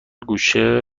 گوشه